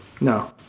No